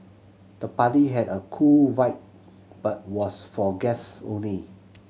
the party had a cool vibe but was for guests only